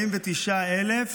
49,000